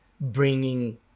bringing